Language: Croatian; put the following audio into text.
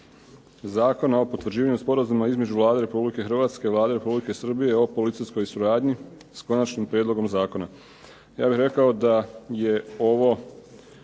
o potvrđivanju Sporazuma između Vlade Republike Hrvatske i Vlade Republike Srbije o policijskoj suradnji, s konačnim prijedlogom zakona. Ja bih rekao da je ovo